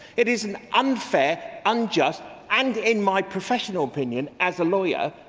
it is and unfair, unjust and in my professional opinion as a lawyer,